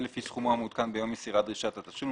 יהיה לפי סכומו המעודכן ביום מסירת דרישת התשלום,